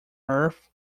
earth